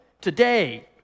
today